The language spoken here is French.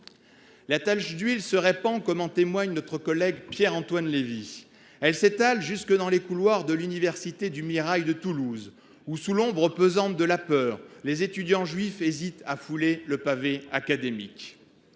La tache d’huile se répand, comme en témoigne notre collègue Pierre Antoine Levi. Elle s’étale jusque dans les couloirs de l’université du Mirail à Toulouse, où, sous l’ombre pesante de la peur, les étudiants juifs hésitent à fouler le pavé académique.